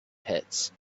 pits